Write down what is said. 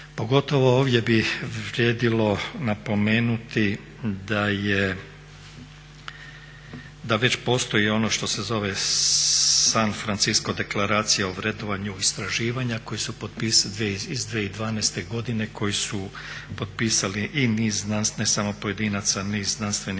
Pogotovo ovdje bi vrijedilo napomenuti da već postoji ono što se zove San Francisco deklaracija o vrednovanju istraživanja iz 2012. godine koju su potpisali i niz znanstvenih, ne samo pojedinaca, niz znanstvenih